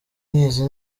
nkizi